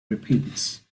repeats